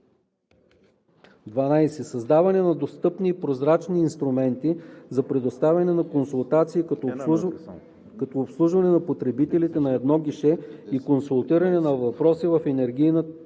12. създаване на достъпни и прозрачни инструменти за предоставяне на консултации, като обслужване на потребителите на едно гише и консултиране по въпроси в енергийната